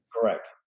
Correct